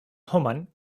homan